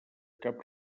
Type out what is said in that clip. cap